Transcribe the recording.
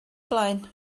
blaen